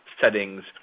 settings